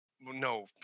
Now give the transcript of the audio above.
no